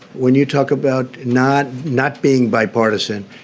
when you talk about not not being bipartisan,